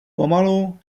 pomalu